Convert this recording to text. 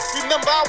Remember